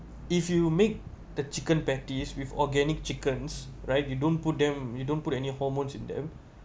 if you make the chicken patties with organic chickens right you don't put them you don't put any hormones in them